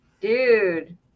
dude